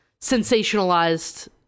sensationalized